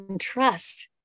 trust